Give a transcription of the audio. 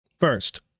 First